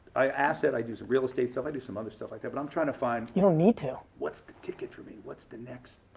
i have asset, i do some real estate, so i do some other stuff like that but i'm trying to find you don't need to. what's the ticket for me, what's the next,